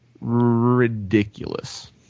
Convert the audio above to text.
ridiculous